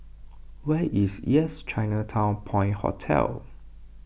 where is Yes Chinatown Point Hotel